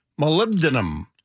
molybdenum